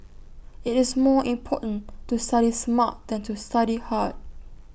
IT is more important to study smart than to study hard